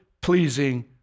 pleasing